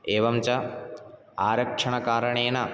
एवं च आरक्षणकारणेन